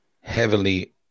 heavily